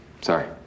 Sorry